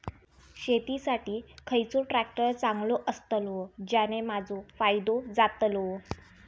शेती साठी खयचो ट्रॅक्टर चांगलो अस्तलो ज्याने माजो फायदो जातलो?